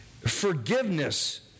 forgiveness